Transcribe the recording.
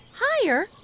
Higher